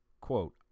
quote